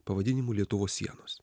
pavadinimu lietuvos sienos